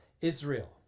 Israel